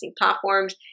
platforms